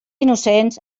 innocents